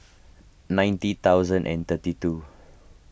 ninety thousand and thirty two